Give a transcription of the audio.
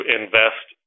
invest